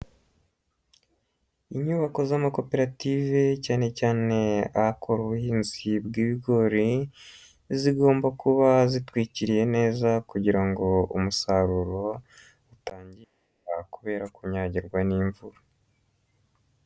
Inyubako z'amakoperative cyane cyane akora ubuhinzi bw'ibigori, zigomba kuba zitwikiriye neza kugira ngo umusaruro utangirika kubera kunyagirwa n'imvura.